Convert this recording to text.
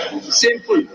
Simple